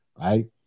right